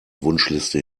wunschliste